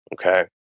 okay